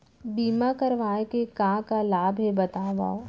बीमा करवाय के का का लाभ हे बतावव?